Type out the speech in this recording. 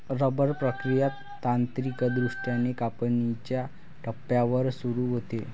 rubber प्रक्रिया तांत्रिकदृष्ट्या कापणीच्या टप्प्यावर सुरू होते